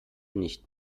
nicht